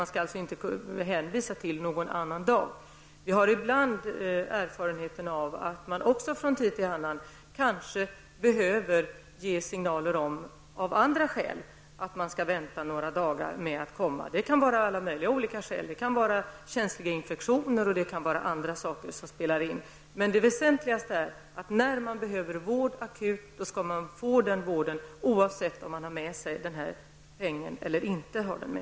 Man skall alltså inte hänvisa till någon annan dag. Vi har ibland erfarenhet av att man från tid till annan kanske av andra skäl behöver ge signaler om att patienten skall vänta några dagar med att komma. Det kan finnas många olika skäl. Det kan vara fråga om känsliga infektioner och även andra saker kan spela in. Men det väsentligaste är: När man behöver akut vård skall man få den vården oavsett om man har med sig pengen eller inte.